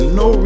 no